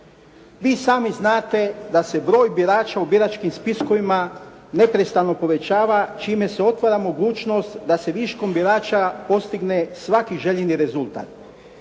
Vi sami znate da se broj birača u biračkim spiskovima neprestano povećava čime se otvara mogućnost da se viškom birača postigne svaki željeni rezultat.